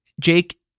jake